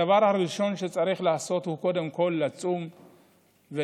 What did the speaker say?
הדבר הראשון שצריך לעשות הוא קודם כול לצום ולהתפלל.